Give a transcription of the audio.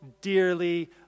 dearly